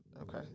Okay